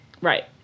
Right